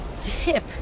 tip